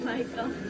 Michael